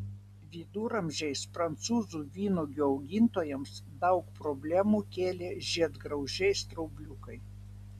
viduramžiais prancūzų vynuogių augintojams daug problemų kėlė žiedgraužiai straubliukai